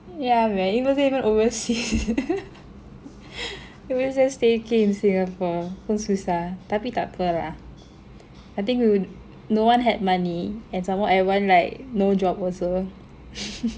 yeah man it's not even overseas people just staycay in Singapore pun susah tapi tak [pe] lah I think no one had money and somemore everyone like no job also